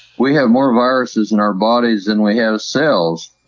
we have more viruses in our bodies than we have cells.